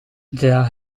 draag